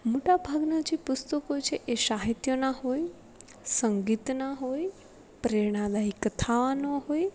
મોટા ભાગનાં જે પુસ્તકો છે એ સાહિત્યનાં હોય સંગીતનાં હોય પ્રેરણાદાયી કથાનો હોય